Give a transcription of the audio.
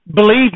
believe